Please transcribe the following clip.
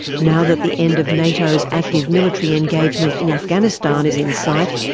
now that the end of nato's active military engagement in afghanistan is in sight,